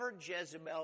Jezebel